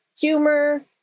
humor